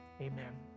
Amen